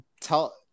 tell